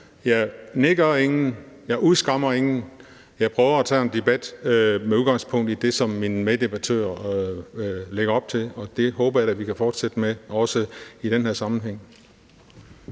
jeg nedgør ingen, jeg udskammer ingen. Jeg prøver at tage en debat med udgangspunkt i det, som min meddebattør lægger op til, og det håber jeg da vi kan fortsætte med, også i den her sammenhæng.